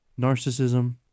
narcissism